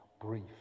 brief